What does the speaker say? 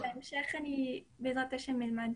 בהמשך בעזרת השם אני אלמד